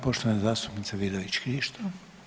Poštovana zastupnica Vidović Krišto.